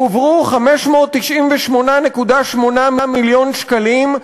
הועברו 598.8 מיליון שקלים,